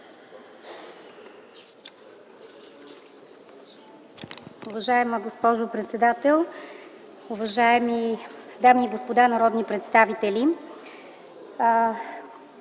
Уважаема госпожо председател, уважаеми дами и господа народни представители!